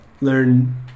learn